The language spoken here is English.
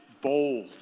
bold